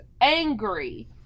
angry